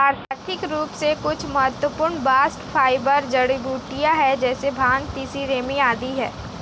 आर्थिक रूप से कुछ महत्वपूर्ण बास्ट फाइबर जड़ीबूटियां है जैसे भांग, तिसी, रेमी आदि है